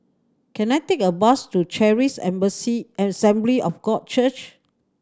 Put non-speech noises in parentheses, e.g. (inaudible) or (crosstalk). can I take a bus to Charis (unintelligible) Assembly of God Church